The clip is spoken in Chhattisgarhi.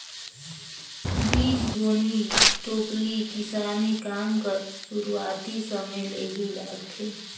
बीजगोनी टोपली किसानी काम कर सुरूवाती समे ले ही लागथे